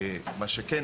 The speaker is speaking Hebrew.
מה שכן,